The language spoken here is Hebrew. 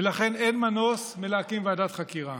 ולכן אין מנוס מלהקים ועדת חקירה.